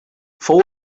fou